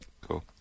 Cool